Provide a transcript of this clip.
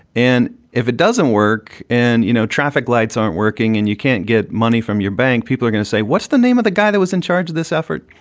and if it doesn't work and, you know, traffic lights aren't working and you can't get money from your bank, people are going to say, what's the name of the guy that was in charge of this effort?